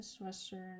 Western